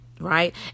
right